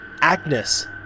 Agnes